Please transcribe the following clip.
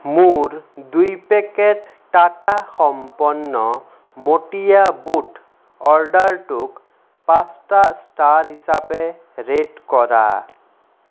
মোৰ দুই পেকেট টাটা সম্পন্ন মটীয়া বুট অৰ্ডাৰটোক পাঁচটা ষ্টাৰ হিচাপে ৰে'ট কৰা